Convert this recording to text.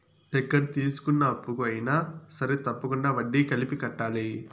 ఎక్కడ తీసుకున్న అప్పుకు అయినా సరే తప్పకుండా వడ్డీ కలిపి కట్టాలి